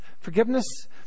Forgiveness